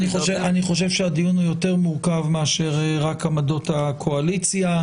אני חושב שהדיון הוא יותר מורכב מאשר רק עמדות הקואליציה.